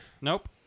Nope